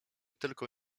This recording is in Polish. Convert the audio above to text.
tylko